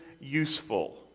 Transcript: useful